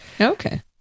Okay